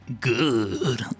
Good